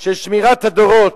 של שמירת הדורות.